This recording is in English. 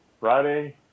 Friday